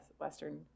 Western